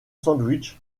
sandwich